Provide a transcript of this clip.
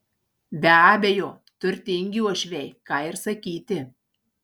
be abejo turtingi uošviai ką ir sakyti